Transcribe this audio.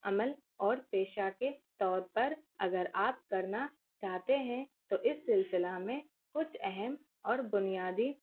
عمل اور پیشہ کے طور پر اگر آپ کرنا چاہتے ہیں تو اس سلسلہ میں کچھ اہم اور بنیادی